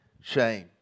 shame